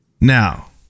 now